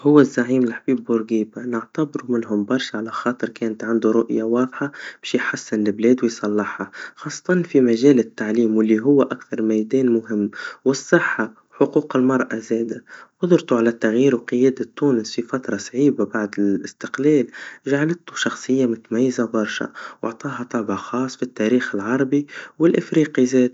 هوا الزعيم الحبيب بورجيبا, نعتبروا منهم برشا, على خاطر كانت عنده رؤيا واضحا باش يحسن البلاد ويصلحها, خاصة في ممجال التعليم, واللي هوا أكثر ميدانم مهم, والصحا, وحقوق المرأة زادا, قدرته على التغيير وقيادة تونس في فترا صعيبا بعد الإستقلال, جعلته شخصيا متميزا برشا, واعطاها طابع خاص بالتارخ العربي والإفريقي زاد.